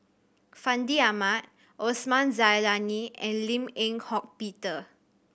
Fandi Ahmad Osman Zailani and Lim Eng Hock Peter